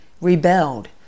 rebelled